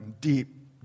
deep